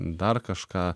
dar kažką